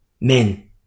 Men